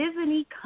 Disney